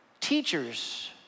teachers